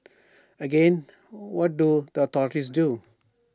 again what do the authorities do